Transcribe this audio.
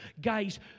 Guys